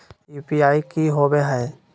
UPI की होवे है?